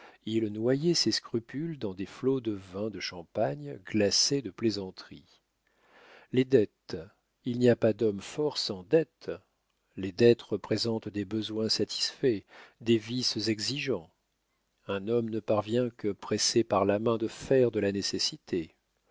ils noyaient ses scrupules dans des flots de vin de champagne glacé de plaisanterie les dettes il n'y a pas d'homme fort sans dettes les dettes représentent des besoins satisfaits des vices exigeants un homme ne parvient que pressé par la main de fer de la nécessité